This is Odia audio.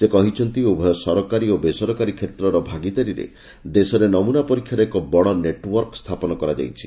ସେ କହିଛନ୍ତି ଉଭୟ ସରକାରୀ ଓ ବେସରକାରୀ କ୍ଷେତ୍ରର ଭାଗିଦାରିରେ ଦେଶରେ ନମୂନା ପରୀକ୍ଷାର ଏକ ବଡ ନେଟୱର୍କ ସ୍ଥାପନ କରାଯାଇଛି